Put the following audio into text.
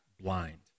blind